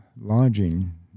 lodging